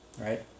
right